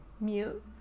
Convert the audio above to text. Mute